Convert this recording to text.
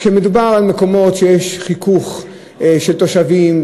כשמדובר על מקומות שיש בהם חיכוך של תושבים,